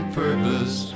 purpose